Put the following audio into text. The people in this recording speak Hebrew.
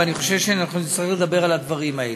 ואני חושב שאנחנו נצטרך לדבר על הדברים האלה.